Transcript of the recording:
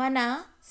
మన